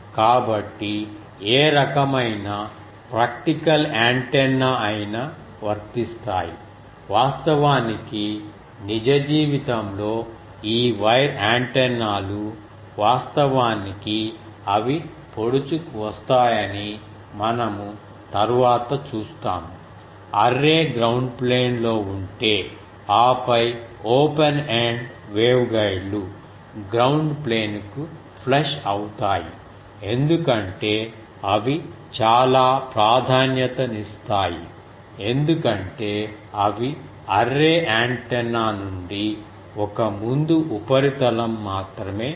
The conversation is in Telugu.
కాబట్టి ఏ రకమైన ప్రాక్టికల్ యాంటెన్నా అయినా వర్తిస్తయి వాస్తవానికి నిజ జీవితంలో ఈ వైర్ యాంటెన్నాలు వాస్తవానికి అవి పొడుచుకు వస్తాయని మనము తరువాత చూస్తాము అర్రే గ్రౌండ్ ప్లేన్లో ఉంటే ఆపై ఓపెన్ ఎండ్ వేవ్గైడ్లు గ్రౌండ్ ప్లేన్కు ఫ్లష్ అవుతాయి ఎందుకంటే అవి చాలా ప్రాధాన్యతనిస్తాయి ఎందుకంటే అవి అర్రే యాంటెన్నా నుండి ఒక ముందు ఉపరితలం మాత్రమే వస్తుంది